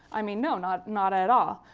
i mean, no, not not at all.